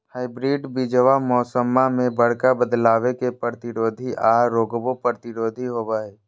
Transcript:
hybrid बीजावा मौसम्मा मे बडका बदलाबो के प्रतिरोधी आ रोगबो प्रतिरोधी होबो हई